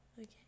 Okay